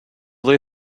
they